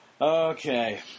Okay